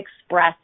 express